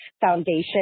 foundation